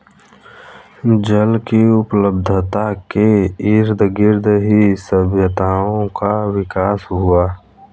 जल की उपलब्धता के इर्दगिर्द ही सभ्यताओं का विकास हुआ